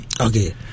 Okay